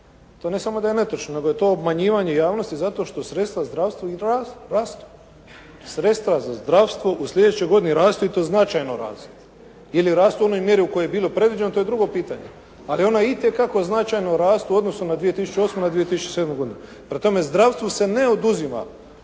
To ne samo da je netočno, nego je to obmanjivanje javnosti zato što sredstva zdravstvu rastu. Sredstva za zdravstvo u sljedećoj godini rastu i to značajno rastu. Ili rastu u onoj mjeri u kojoj je bilo predviđeno to je drugo pitanje, ali ona itekako značajno rastu u odnosu na 2008., na 2007. godinu. Prema tome, zdravstvu se ne oduzima.